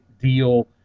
deal